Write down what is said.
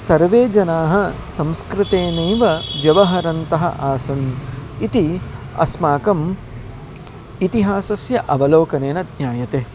सर्वे जनाः संस्कृतेनैव व्यवहरन्तः आसन् इति अस्माकम् इतिहासस्य अवलोकनेन ज्ञायते